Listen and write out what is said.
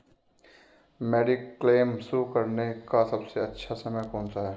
Mediclaim शुरू करने का सबसे अच्छा समय कौनसा है?